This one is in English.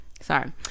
Sorry